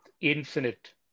infinite